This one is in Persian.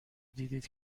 دیدید